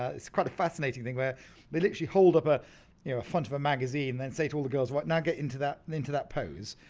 ah it's quite a fascinating thing where they literally hold up ah you know a front of a magazine and then say to all the girls, now get into that into that pose.